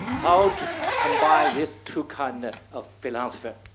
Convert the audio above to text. how to combine this to kind of philosopher,